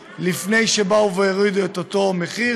שכל-כולם נועדו להיטיב עם הצרכן הישראלי.